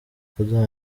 kuduha